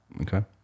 Okay